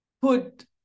put